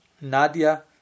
Nadia